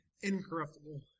incorruptible